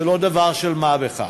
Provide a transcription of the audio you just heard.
זה לא דבר של מה בכך.